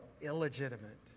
illegitimate